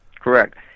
Correct